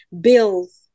Bills